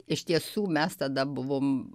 iš tiesų mes tada buvom